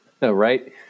right